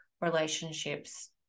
relationships